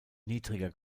niedriger